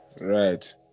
right